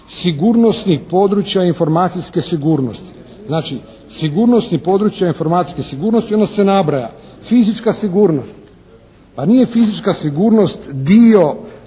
sigurnosnih područja informacijske sigurnosti.". Znači, sigurnosnih područja informacijske sigurnosti i onda se nabraja: "fizička sigurnost". Pa nije fizička sigurnost dio